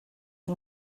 yng